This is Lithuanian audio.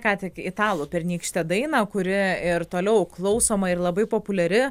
ką tik italų pernykštę dainą kuri ir toliau klausoma ir labai populiari